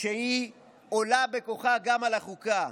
שעולה בכוחה גם על החוקה.